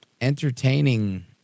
entertaining